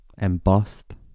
embossed